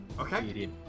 Okay